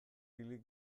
kili